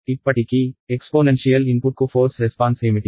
ఇప్పటికీ ఎక్స్పోనెన్షియల్ ఇన్పుట్కు force response ఏమిటి